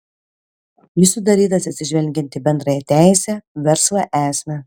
jis sudarytas atsižvelgiant į bendrąją teisę verslo esmę